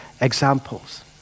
examples